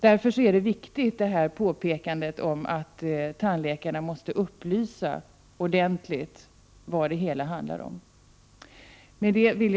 Därför är påpekandet om att tandläkarna ordentligt måste informera patienten om läget viktigt.